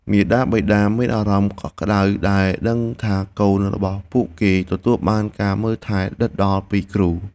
មាតាបិតាមានអារម្មណ៍កក់ក្តៅដែលដឹងថាកូនរបស់ពួកគេទទួលបានការមើលថែដិតដល់ពីគ្រូ។